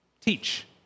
teach